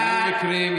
היו מקרים,